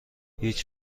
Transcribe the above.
هیچ